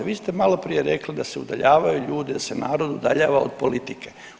Vi ste maloprije rekli da se udaljavaju ljudi, da se narod udaljava od politike.